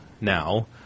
now